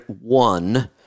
one